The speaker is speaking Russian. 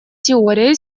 теория